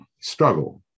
struggle